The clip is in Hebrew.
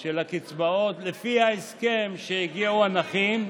של הקצבאות, על פי ההסכם שהגיעו אליו עם הנכים,